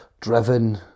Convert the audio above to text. driven